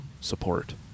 support